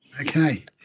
okay